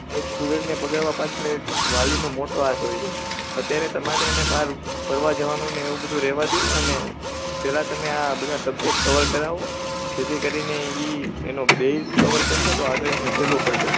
એક સ્ટુડન્ટને બગાડવા પાછળ એક વાલીનો મોટો હાથ હોય છે અત્યારે તમારે એને બારું ભરવા જવાનુંને એવું બધુ રેવા દયો અને પેલા તમે આ બધા સબ્જેક્ટ કવર કરાવો જેથી કરીને ઇ એનો બેસ કવર કરશે તો આગળ એને સેહલું પડશે